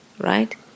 right